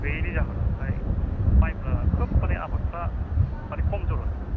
गैयैनि जाहोनावहाय माइफ्रा खोब मानि आबादफ्रा मानि खमजर आरखि